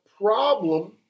problem